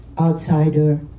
outsider